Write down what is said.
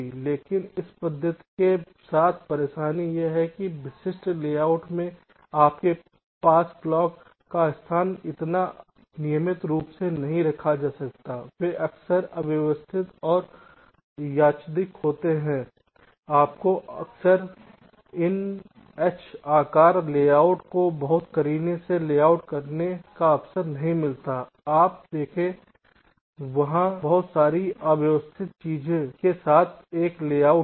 लेकिन इस पद्धति के साथ परेशानी यह है कि विशिष्ट लेआउट में आपके पास क्लॉक का स्थान इतना नियमित रूप से नहीं रखा जाता है वे अक्सर अव्यवस्थित और यादृच्छिक होंगे आपको अक्सर इन H प्रकार लेआउट को बहुत करीने से लेआउट करने का अवसर नहीं मिलता है आप देखें वहाँ बहुत सारी अव्यवस्थित चीजों के साथ एक लेआउट है